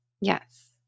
Yes